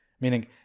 Meaning